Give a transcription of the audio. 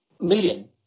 million